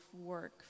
work